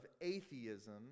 atheism